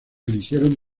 eligieron